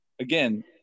again